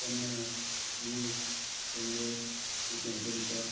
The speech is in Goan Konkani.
पन्नास वीस शंबर रुपयांयांली रिचार्ज